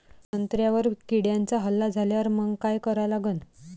संत्र्यावर किड्यांचा हल्ला झाल्यावर मंग काय करा लागन?